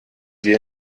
wir